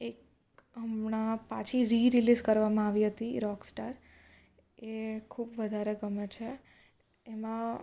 એક હમણાં પાછી રી રિલીઝ કરવામાં આવી હતી રોકસ્ટાર એ ખૂબ વધારે ગમે છે એમાં